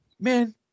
man